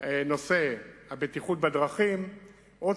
הבטיחות בדרכים עוד,